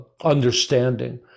understanding